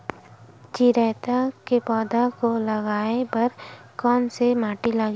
चिरैता के पौधा को उगाए बर कोन से माटी लगही?